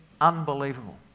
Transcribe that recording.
unbelievable